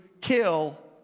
kill